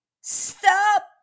Stop